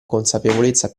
consapevolezza